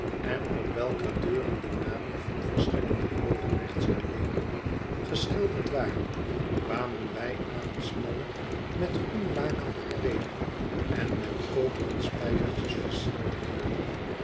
en op welker deuren de namen van verschillende groote rechtsgeleerden geschilderd waren kwamen wij aan een smalle met groen laken bekleede en met koperen spijkertjes versierde deur